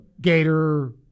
Gator